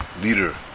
leader